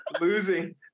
losing